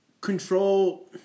Control